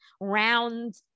round